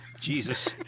Jesus